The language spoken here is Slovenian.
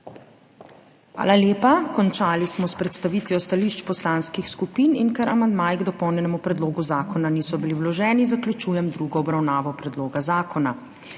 Hvala lepa. Končali smo s predstavitvijo stališč poslanskih skupin. Ker amandmaji k dopolnjenemu predlogu zakona niso bili vloženi, zaključujem drugo obravnavo predloga zakona.